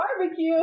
barbecue